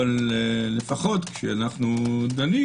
אבל לפחות כשאנחנו דנים,